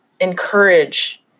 encourage